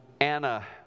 Anna